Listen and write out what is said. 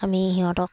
আমি সিহঁতক